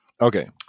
Okay